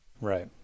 Right